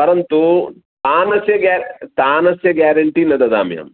परन्तु स्थानस्य ग्यार् स्थानस्य ग्यारण्टी न ददामि अहं